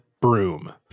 broom